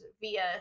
via